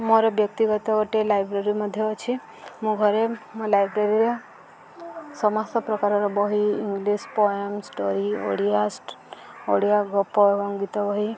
ମୋର ବ୍ୟକ୍ତିଗତ ଗୋଟିେ ଲାଇବ୍ରେରୀ ମଧ୍ୟ ଅଛି ମୋ ଘରେ ମୋ ଲାଇବ୍ରେରୀରେ ସମସ୍ତ ପ୍ରକାରର ବହି ଇଂଲିଶ ପୋଏମ୍ ଷ୍ଟୋରି ଓଡ଼ିଆ ଷ୍ଟ୍ ଓଡ଼ିଆ ଗପ ଗୀତ ବହି